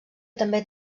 també